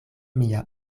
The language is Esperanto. mia